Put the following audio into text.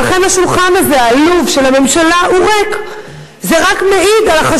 לזה שהוא צריך להגיד לאדם מה